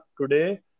today